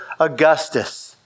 Augustus